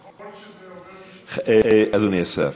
ככל שזה עובר, אדוני השר.